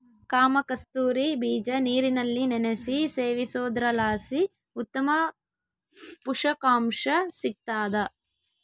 ಕಾಮಕಸ್ತೂರಿ ಬೀಜ ನೀರಿನಲ್ಲಿ ನೆನೆಸಿ ಸೇವಿಸೋದ್ರಲಾಸಿ ಉತ್ತಮ ಪುಷಕಾಂಶ ಸಿಗ್ತಾದ